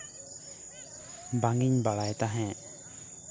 ᱵᱟᱝᱤᱧ ᱵᱟᱲᱟᱭ ᱛᱟᱦᱮᱸᱜ